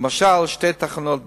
למשל, שתי תחנות בדימונה,